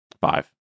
Five